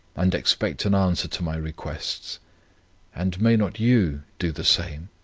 and expect an answer to my requests and may not you do the same,